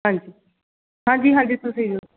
ਹਾਂਜੀ ਹਾਂਜੀ ਹਾਂਜੀ ਤੁਸੀਂ